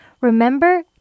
Remember